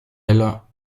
elles